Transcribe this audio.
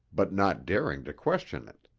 but not daring to question it.